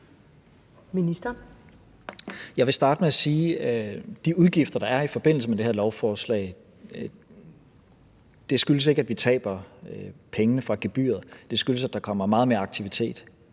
Tesfaye): Jeg vil starte med at sige, at de udgifter, der er i forbindelse med det her lovforslag, skyldes ikke, at vi taber pengene fra gebyret; de skyldes, der kommer meget mere aktivitet.